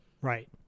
Right